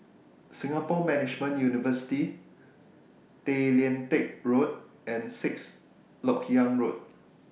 Singapore Management University Tay Lian Teck Road and Sixth Lok Yang Road